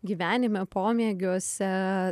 gyvenime pomėgiuose